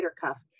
cuff